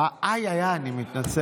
איי איי איי, אני מתנצל.